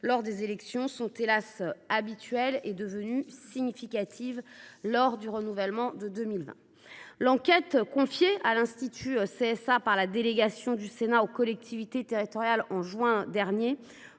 lors des élections sont – hélas !– habituelles et devenues significatives lors du renouvellement de 2020. L’enquête confiée à l’institut CSA par la délégation du Sénat aux collectivités territoriales au mois de